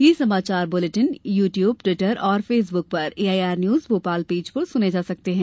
ये समाचार bulletin YouTube Twitter और फेसबुक पर एआईआर न्यूज भोपाल पेज पर सुने जा सकते हैं